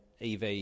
EV